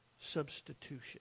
Substitution